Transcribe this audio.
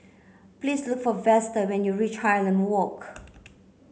please look for Vester when you reach Highland Walk